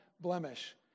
blemish